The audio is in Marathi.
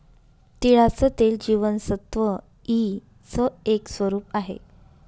तिळाचं तेल जीवनसत्व ई च एक स्वरूप आहे